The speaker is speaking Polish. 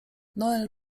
noel